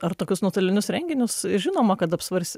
ar tokius nuotolinius renginius žinoma kad apsvars